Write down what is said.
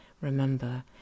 Remember